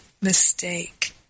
mistake